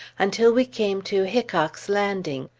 until we came to hickock's landing.